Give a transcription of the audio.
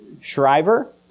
Shriver